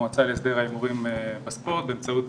המועצה להסדר ההימורים בספורט, באמצעות